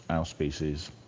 our species,